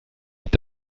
est